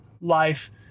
life